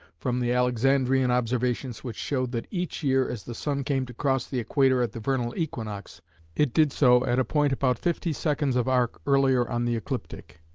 from the alexandrian observations which showed that each year as the sun came to cross the equator at the vernal equinox it did so at a point about fifty seconds of arc earlier on the ecliptic,